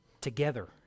together